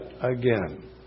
again